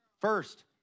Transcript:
first